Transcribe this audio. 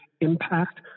impact